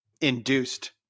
induced